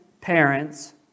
parents